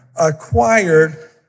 acquired